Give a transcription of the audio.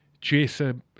Jason